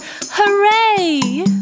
hooray